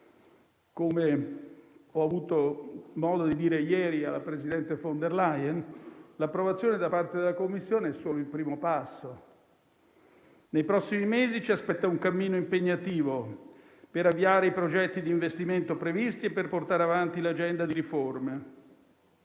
Come ho avuto modo di dire ieri alla presidente von der Leyen, l'approvazione da parte della Commissione è solo il primo passo. Nei prossimi mesi ci aspetta un cammino impegnativo per avviare i progetti di investimento previsti e portare avanti l'agenda di riforme.